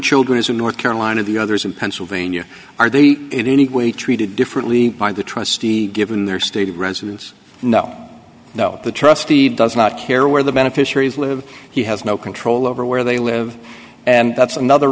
children is in north carolina the others in pennsylvania are the it anyway treated differently by the trustee given their state of residence no no the trustee does not care where the beneficiaries live he has no control over where they live and that's another